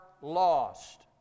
lost